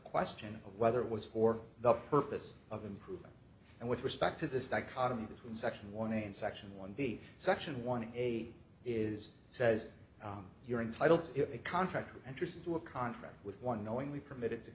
question of whether it was for the purpose of improvement and with respect to this dichotomy between section one and section one b section one a is says you're entitled to a contract interest into a contract with one knowingly permitted to